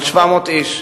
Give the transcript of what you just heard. על 700 איש.